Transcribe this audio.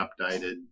updated